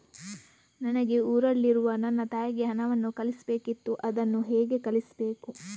ನನಗೆ ಊರಲ್ಲಿರುವ ನನ್ನ ತಾಯಿಗೆ ಹಣವನ್ನು ಕಳಿಸ್ಬೇಕಿತ್ತು, ಅದನ್ನು ಹೇಗೆ ಕಳಿಸ್ಬೇಕು?